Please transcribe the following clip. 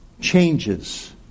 changes